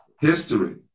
History